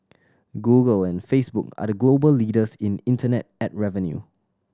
Google and Facebook are the global leaders in internet ad revenue